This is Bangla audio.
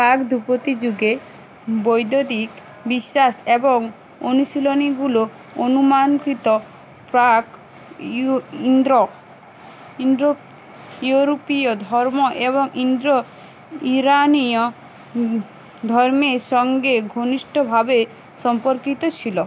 প্রাক ধুপদী যুগে বৈদদিক বিশ্বাস এবং অনুশীলনগুলো অনুমানকৃত প্রাক ইউ ইন্দ্র ইন্দ্র ইউরোপীয় ধর্ম এবং ইন্দ্র ইরানীয় ধর্মের সঙ্গে ঘনিষ্ঠভাবে সম্পর্কিত ছিলো